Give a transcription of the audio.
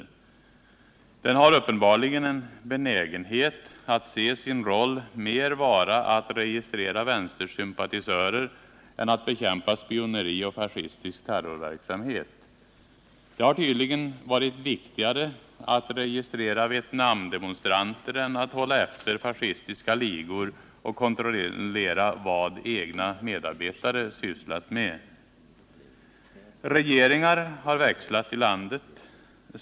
Ledningen har uppenbarligen en benägenhet att se säkerhetspolisens roll mer vara att registrera vänstersympatisörer än att bekämpa spioneri och fascistisk terrorverksamhet. Det har tydligen varit viktigare att registrera Vietnamdemonstranter än att hålla efter fascistiska ligor och kontrollera vad egna medarbetare sysslat med. Regeringarna har växlat i landet.